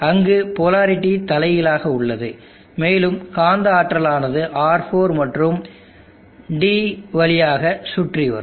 அங்கு போலாரிட்டி தலைகீழாக உள்ளது மேலும் காந்த ஆற்றல் ஆனது R4 மற்றும் Df வழியாக சுற்றிவரும்